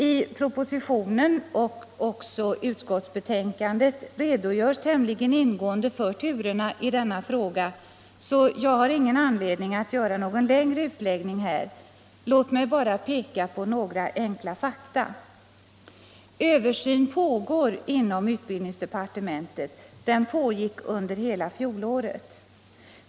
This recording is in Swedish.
I propositionen och även i utskottsbetänkandet redogörs tämligen ingående för turerna i denna fråga, så jag har ingen anledning att göra någon längre utläggning här. Låt mig bara peka på några enkla fakta: En översyn pågår inom utbildningsdepartementet. Den pågick under hela fjolåret.